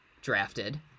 drafted